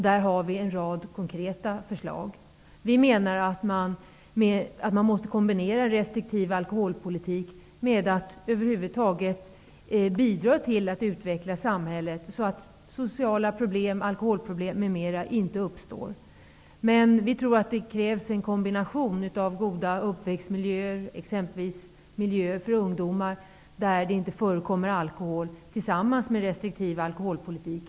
Där har vi en rad konkreta förslag. Vi menar att man måste kombinera restriktiv alkoholpolitik med att över huvud taget bidra till att utveckla samhället så att sociala problem, alkoholproblem, m.m. inte uppstår. Men vi tror att det krävs en kombination av goda uppväxtmiljöer, miljöer för ungdomar där det inte förekommer alkohol och restriktiv alkoholpolitik.